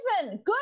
good